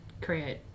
create